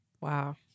wow